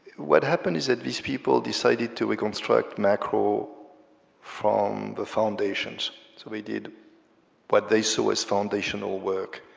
what happened is that these people decided to reconstruct macro from the foundations, so they did what they saw as foundational work,